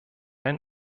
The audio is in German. ein